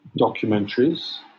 documentaries